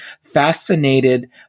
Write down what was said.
fascinated